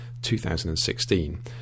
2016